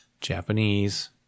Japanese